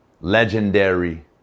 legendary